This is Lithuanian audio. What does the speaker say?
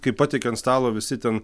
kai patieki ant stalo visi ten